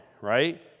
right